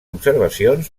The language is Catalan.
observacions